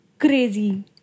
Crazy